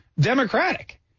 Democratic